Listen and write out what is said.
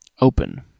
Open